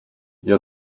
ihr